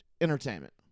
entertainment